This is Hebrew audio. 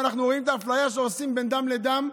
ואנחנו רואים את האפליה שעושים בין דם לדם.